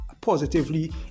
positively